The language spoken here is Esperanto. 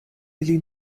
ili